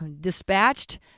dispatched